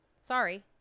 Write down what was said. Sorry